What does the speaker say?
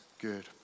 good